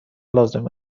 لازم